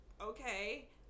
Okay